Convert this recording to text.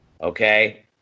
okay